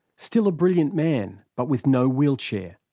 still a brilliant man, but with no wheelchair,